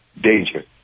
danger